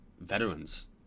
Veterans